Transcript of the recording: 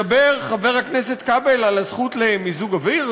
מדבר חבר הכנסת כבל על הזכות למיזוג אוויר,